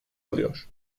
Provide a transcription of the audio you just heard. alıyor